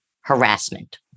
harassment